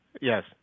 Yes